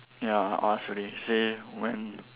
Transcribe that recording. ya I asked already he say when